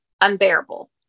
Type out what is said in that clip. unbearable